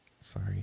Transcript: Sorry